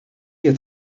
hier